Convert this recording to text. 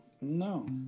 No